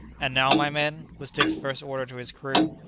and now, my men, was dick's first order to his crew,